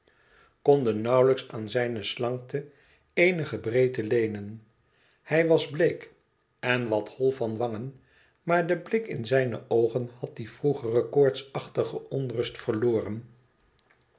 konden nauwlijks aan zijne slankte eenige breedte leenen hij was bleek en wat hol van wangen maar de blik in zijne oogen had die vroegere koortsachtige onrust verloren